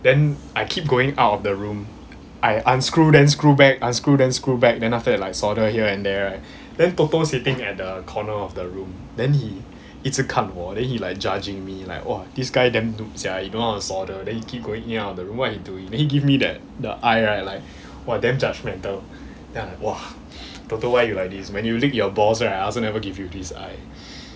then I keep going out of the room I unscrew then screw back unscrew then screw back then after that like solder here and there right then toto sitting at the corner of the room then he 一直看我 then he like judging me like !wah! this guy damn noob sia he don't know how to solder then he keep going in and out of the room what he doing he then give me that the eye right like !wah! damn judgemental then I'm like !wah! toto why you like this when you lick your balls right I also never give you this eye